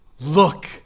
look